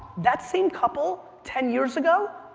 that same couple, ten years ago,